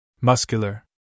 Muscular